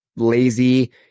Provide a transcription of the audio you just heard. lazy